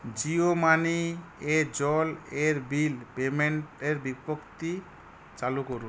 Jio money এ জল এর বিল পেইমেন্টের বিজ্ঞপ্তি চালু করুন